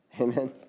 Amen